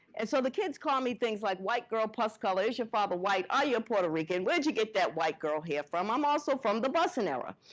and so the kids called me things like white girl, puss color, is your father white? are you a puerto rican? where'd you get that white girl hair from? i'm also from the boston area.